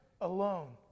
alone